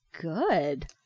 good